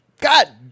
God